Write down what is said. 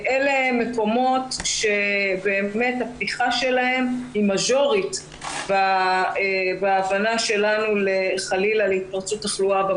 אלה מקומות שהפתיחה שלהם היא מז'ורית בהבנה שלנו חלילה להתפרצות תחלואה.